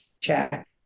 check